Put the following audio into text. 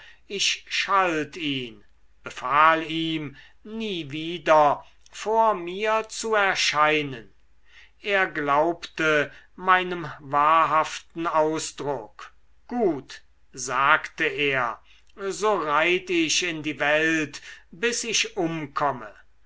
ich schalt ihn befahl ihm nie wieder vor mir zu erscheinen er glaubte meinem wahrhaften ausdruck gut sagte er so reit ich in die welt bis ich umkomme